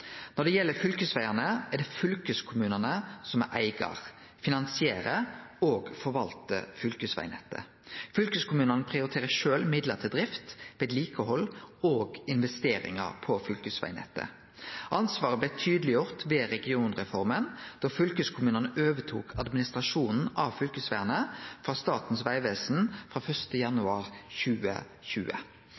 Når det gjeld fylkesvegane, er det fylkeskommunane som er eigarar, og som finansierer og forvaltar fylkesvegane. Fylkeskommunane prioriterer sjølve midlar til drift, vedlikehald og investeringar på fylkesvegnettet. Ansvaret blei tydeleggjort ved regionreforma da fylkeskommunane tok over administrasjonen av fylkesvegane frå Statens vegvesen frå 1. januar 2020.